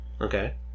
Okay